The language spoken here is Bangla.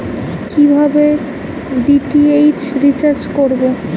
কিভাবে ডি.টি.এইচ রিচার্জ করব?